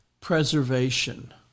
preservation